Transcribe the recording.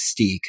Mystique